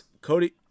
Cody